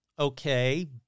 Okay